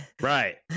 Right